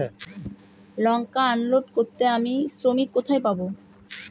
লঙ্কা unload করতে আমি শ্রমিক কোথায় পাবো?